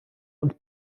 und